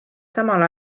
samal